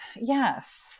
Yes